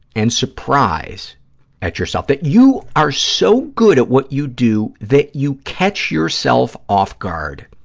and surprise at yourself, that you are so good at what you do that you catch yourself off guard.